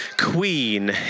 queen